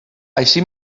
així